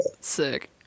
sick